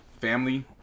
family